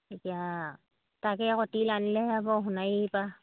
এতিয়া তাকে আকৌ তিল আনিলেহে হ'ব সোণাৰি পৰা